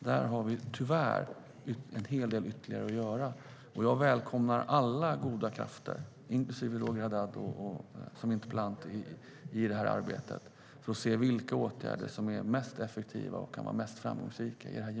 Där har vi tyvärr en hel del ytterligare att göra.